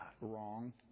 wrong